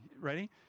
Ready